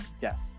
yes